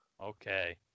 Okay